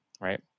right